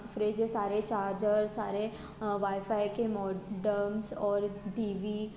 fridge सारे charger सारे wifi के मॉडम्स और टी वी